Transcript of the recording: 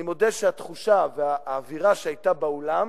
אני מודה שהתחושה והאווירה באולם